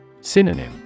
Synonym